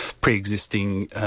pre-existing